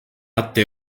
até